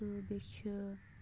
تہٕ بیٚیہِ چھُ